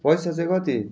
पैसा चाहिँ कति